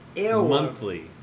monthly